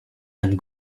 and